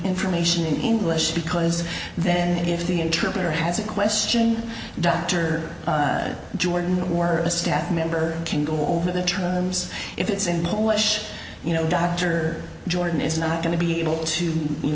information in english because then if the interpreter has a question dr jordan or a staff member can go over the terms if it's in polish you know dr jordan is not going to be able to you